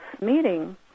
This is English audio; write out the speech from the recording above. meeting